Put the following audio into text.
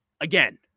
again